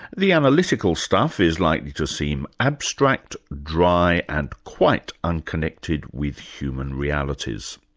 the analytical stuff is likely to seem abstract, dry and quite unconnected with human realities.